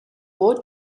war